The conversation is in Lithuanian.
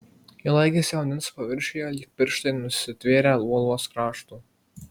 ji laikėsi vandens paviršiuje lyg pirštai nusitvėrę uolos krašto